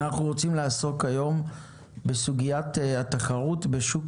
אנחנו רוצים לעסוק היום בסוגיית התחרות בשוק